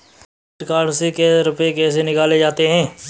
Debit card से रुपये कैसे निकाले जाते हैं?